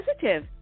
positive